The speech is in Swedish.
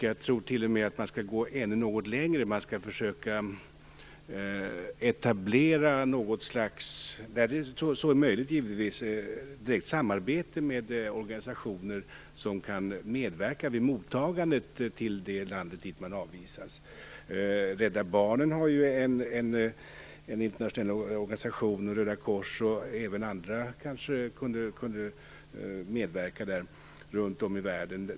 Jag tror t.o.m. att man skall gå ännu något längre och försöka att etablera något slags direkt samarbete - där så är möjligt, givetvis - med organisationer som kan medverka vid mottagandet till det land dit avvisning sker. Rädda Barnen, Röda korset och även andra internationella organisationer kunde kanske medverka runt om i världen.